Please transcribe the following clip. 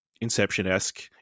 Inception-esque